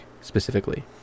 specifically